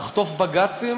נחטוף בג"צים,